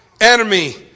enemy